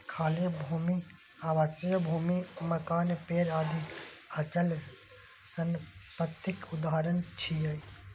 खाली भूमि, आवासीय भूमि, मकान, पेड़ आदि अचल संपत्तिक उदाहरण छियै